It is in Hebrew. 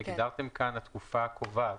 הגדרתם כאן "התקופה הקובעת",